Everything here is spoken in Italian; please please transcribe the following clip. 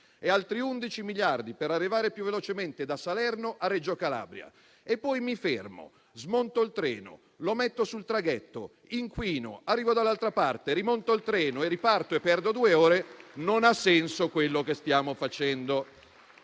e altri 11 miliardi per arrivare più velocemente da Salerno a Reggio Calabria e poi mi fermo, smonto il treno, lo metto sul traghetto, inquino, arrivo dall'altra parte, rimonto il treno e riparto e perdo due ore, non ha senso quello che stiamo facendo.